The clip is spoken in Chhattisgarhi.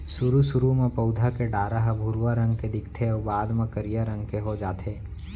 सुरू सुरू म पउधा के डारा ह भुरवा रंग के दिखथे अउ बाद म करिया रंग के हो जाथे